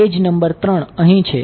આ છે